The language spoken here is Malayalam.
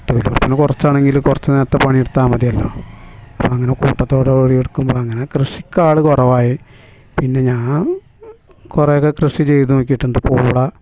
തൊഴിലുറപ്പിനെ കുറിച്ചാണെങ്കിൽ കുറച്ചു നേരത്തെ പണി എടുത്താൽ മതിയല്ലൊ അപ്പം അതിങ്ങനെ കൂട്ടത്തോടെ പണിയെടുക്കുമ്പോൾ അങ്ങനെ കൃഷിക്കാളു കുറവായി പിന്നെ ഞാൻ കുറേയൊക്കെ കൃഷി ചെയ്തു നോക്കിയിട്ടുണ്ട് പോഡ